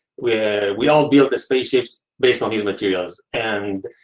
where we all build the spaceships based on these materials. and